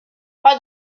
pas